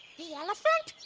the elephant?